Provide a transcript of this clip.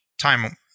time